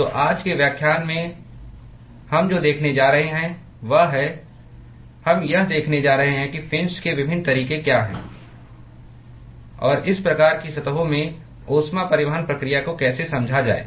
तो आज के व्याख्यान में हम जो देखने जा रहे हैं वह है हम यह देखने जा रहे हैं कि फिन्स के विभिन्न तरीके क्या हैं और इस प्रकार की सतहों में ऊष्मा परिवहन प्रक्रिया को कैसे समझा जाए